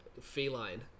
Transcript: feline